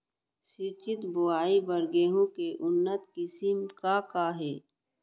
सिंचित बोआई बर गेहूँ के उन्नत किसिम का का हे??